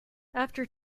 after